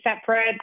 separate